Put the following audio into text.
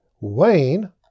Wayne